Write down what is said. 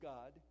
God